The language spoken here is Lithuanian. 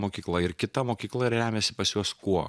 mokykla ir kita mokykla remiasi pas juos kuo